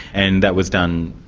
and that was done,